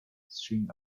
string